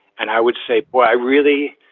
and i would say, boy, i really.